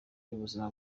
y’ubuzima